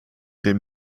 dem